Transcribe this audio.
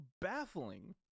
baffling